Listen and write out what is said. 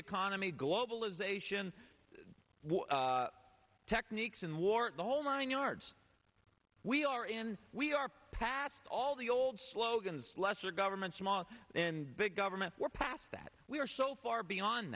economy globalization techniques in war the whole nine yards we are in we are past all the old slogans lesser government small and big government we're past that we are so far beyond